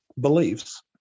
beliefs